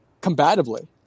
combatively